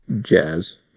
jazz